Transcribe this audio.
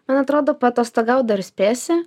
man atrodo paatostogaut dar spėsi